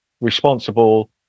responsible